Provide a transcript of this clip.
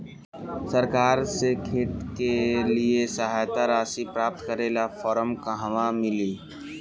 सरकार से खेत के लिए सहायता राशि प्राप्त करे ला फार्म कहवा मिली?